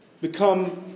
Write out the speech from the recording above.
become